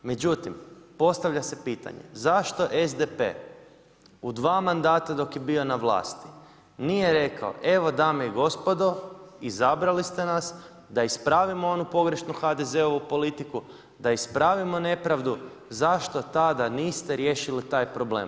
Međutim, postavlja se pitanje, zašto SDP u dva mandata dok je bio na vlasti nije rekao, evo dame i gospodo izabrali ste nas da ispravimo onu pogrešnu HDZ-ovu politiku, da ispravimo nepravdu zašto tada niste riješili taj problem?